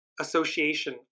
association